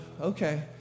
okay